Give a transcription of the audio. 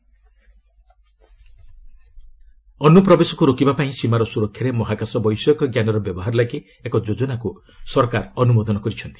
ଆର ଏସ୍ ଇନଟ୍ରଜନ୍ ଅନୁପ୍ରବେଶକୁ ରୋକିବା ପାଇଁ ସୀମାର ସୁରକ୍ଷାରେ ମହାକାଶ ବୈଷୟିକ ଜ୍ଞାନର ବ୍ୟବହାର ଲାଗି ଏକ ଯୋଜନାକୁ ସରକାର ଅନୁମୋଦନ କରିଛନ୍ତି